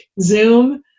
Zoom